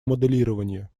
моделирования